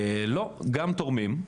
לא, גם עם תורמים.